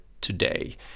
today